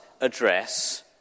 address